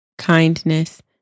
kindness